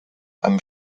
einem